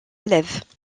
élèves